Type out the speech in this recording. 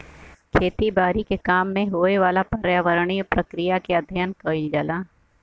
खेती बारी के काम में होए वाला पर्यावरणीय प्रक्रिया के अध्ययन कइल जाला